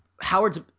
Howard's